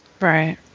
Right